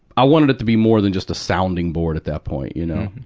i wanted it to be more than just a sounding board at that point, you know. ah,